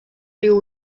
riu